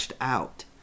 out